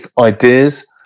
ideas